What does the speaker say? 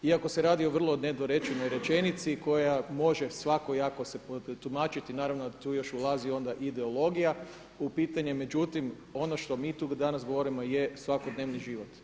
Iako se radi o vrlo nedorečenoj rečenici koja može svakojako se protumačiti naravno tu još ulazi onda ideologija u pitanje, međutim ono što mi tu danas govorimo je svakodnevni život.